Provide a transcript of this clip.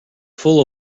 full